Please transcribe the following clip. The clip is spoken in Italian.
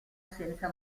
senza